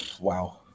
wow